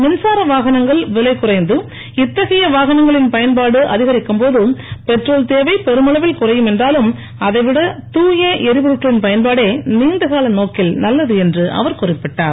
மின்சார வாகனங்கள் விலை குறைந்து இத்தகைய வாகனங்களின் பயன்பாடு அதிகரிக்கும்போது பெட்ரோல் தேவை பெருமளவில் குறையும் என்றாலும் அதைவிட தூய எரிபொருட்களின் பயன்பாடே நீண்டகால நோக்கில் நல்லது என்று அவர் குறிப்பிட்டார்